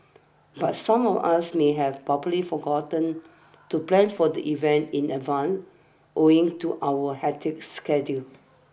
but some of us may have probably forgotten to plan for the event in advance owing to our hectic schedule